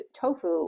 tofu